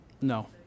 No